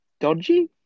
dodgy